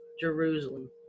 Jerusalem